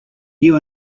you